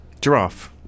Giraffe